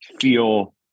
feel